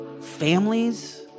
families